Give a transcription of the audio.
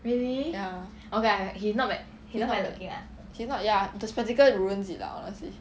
ya he not he's not ya the spectacle ruins it lah honestly